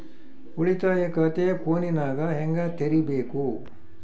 ಉಳಿತಾಯ ಖಾತೆ ಫೋನಿನಾಗ ಹೆಂಗ ತೆರಿಬೇಕು?